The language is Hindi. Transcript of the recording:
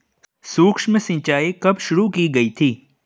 सूक्ष्म सिंचाई कब शुरू की गई थी?